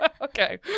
Okay